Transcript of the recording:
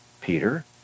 Peter